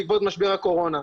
בעקבות משבר הקורונה.